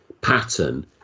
pattern